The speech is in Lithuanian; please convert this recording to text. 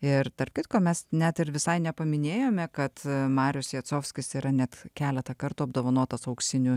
ir tarp kitko mes net ir visai nepaminėjome kad marijus jacovskis yra net keletą kartų apdovanotas auksiniu